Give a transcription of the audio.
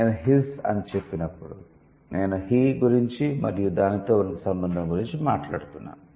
నేను 'హిస్' అని చెప్పినప్పుడు నేను 'హి' గురించి మరియు దానితో ఉన్న సంబంధం గురించి మాట్లాడుతున్నాను